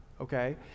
okay